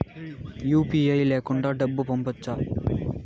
UPI లేకుండా డబ్బు పంపొచ్చా